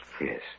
Yes